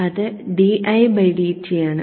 അത് didt ആണ്